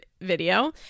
video